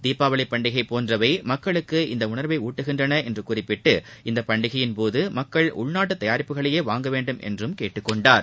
தீபாவளி பண்டிகை போன்றவை மக்களுக்கு இந்த உணர்வை ஊட்டுகின்றன என்றும் குறிப்பிட்டு இந்தப் பண்டிகையின்போது மக்கள் உள்நாட்டு தயாரிப்புகளையே வாங்க வேண்டும் என்றும் கேட்டுக் கொண்டார்